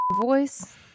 voice